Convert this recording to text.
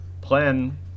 plan